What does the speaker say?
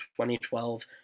2012